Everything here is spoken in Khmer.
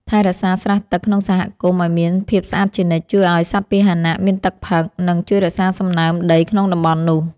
ថែរក្សាស្រះទឹកក្នុងសហគមន៍ឱ្យមានភាពស្អាតជានិច្ចជួយឱ្យសត្វពាហនៈមានទឹកផឹក និង ជួយរក្សាសំណើមដីក្នុងតំបន់នោះ។